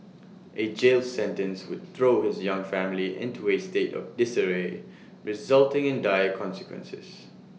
A jail sentence would throw his young family into A state of disarray resulting in dire consequences